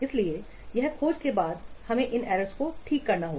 इसलिए इस खोज के बाद हमें इन एरर्स को ठीक करना होगा